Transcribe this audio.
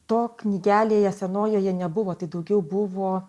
to knygelėje senojoje nebuvo tai daugiau buvo